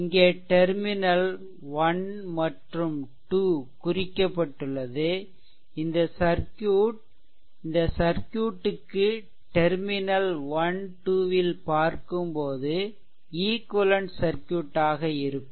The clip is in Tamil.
இங்கே டெர்மினல் 1 மற்றும் 2 குறிக்கப்பட்டுள்ளதுஇந்த சர்க்யூட் இந்த சர்க்யூட்க்கு டெர்மினல் 12 ல் பார்க்கும்போது ஈக்வெலென்ட் சர்க்யூட் ஆக இருக்கும்